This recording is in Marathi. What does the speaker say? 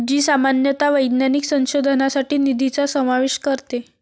जी सामान्यतः वैज्ञानिक संशोधनासाठी निधीचा समावेश करते